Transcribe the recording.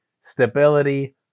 stability